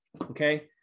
okay